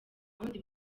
wundi